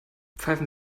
pfeifen